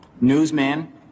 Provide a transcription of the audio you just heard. newsman